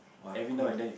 !wah! cool